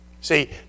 See